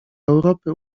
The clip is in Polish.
europy